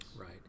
Right